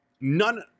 none